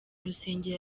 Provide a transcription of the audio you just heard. rusengero